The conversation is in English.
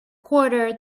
quarter